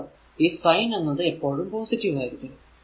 അപ്പോൾ ഈ സൈൻ എന്നത് എപ്പോഴും പോസിറ്റീവ് ആയിരിക്കും